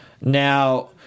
Now